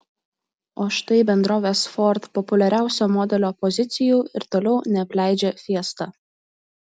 o štai bendrovės ford populiariausio modelio pozicijų ir toliau neapleidžia fiesta